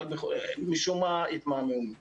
אבל משום מה התמהמהו עם זה.